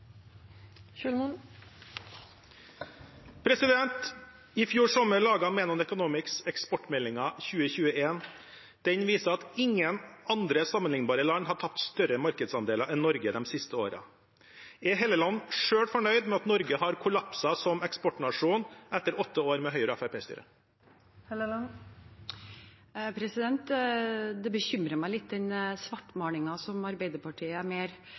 trenger. I fjor sommer laget Menon Economics Eksportmeldingen 2021. Den viser at ingen andre sammenliknbare land har tapt større markedsandeler enn Norge de siste årene. Er Helleland selv fornøyd med at Norge har kollapset som eksportnasjon etter åtte år med Høyre–Fremskrittsparti-styre? Det bekymrer meg litt – den svartmalingen som Arbeiderpartiet er